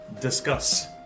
Discuss